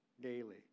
daily